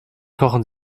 kochen